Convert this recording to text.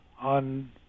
on